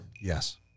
Yes